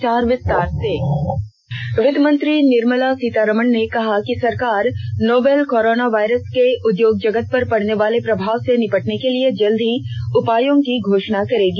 वित्तमंत्री वित्तमंत्री निर्मला सीतारामन ने कहा कि सरकार नोवोल कोरोना वायरस के उद्योग जगत पर पड़ने वाले प्रभाव से निपटने के लिए जल्द ही उपायों की घोषणा करेगी